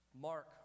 Mark